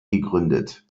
gegründet